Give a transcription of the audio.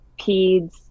peds